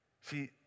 See